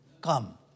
come